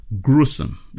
gruesome